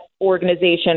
organization